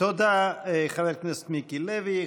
תודה, חבר הכנסת מיקי לוי.